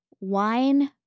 wine